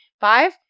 Five